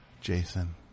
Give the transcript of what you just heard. Jason